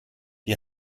die